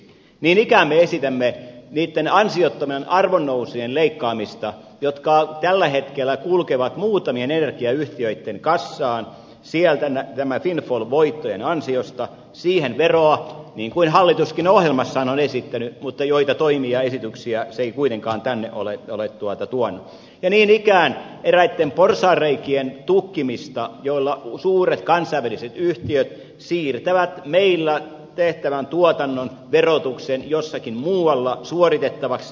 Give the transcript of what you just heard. niin ikään me esitämme niitten ansiottomien arvonnousujen leikkaamista jotka tällä hetkellä kulkevat muutamien energiayhtiöitten kassaan näiden windfall voittojen ansiosta näihin veroa niin kuin hallituskin ohjelmassaan on esittänyt mutta niitä toimia esityksiä se ei kuitenkaan tänne ole tuonut ja niin ikään eräitten porsaanreikien tukkimista joilla suuret kansainväliset yhtiöt siirtävät meillä tehtävän tuotannon verotuksen jossakin muualla suoritettavaksi